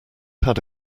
had